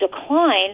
decline